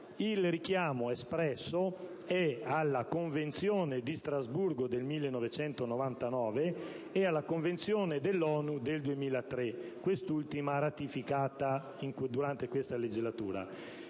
Il richiamo espresso è alla Convenzione di Strasburgo del 1999 e alla Convenzione ONU del 2003, quest'ultima ratificata durante questa legislatura.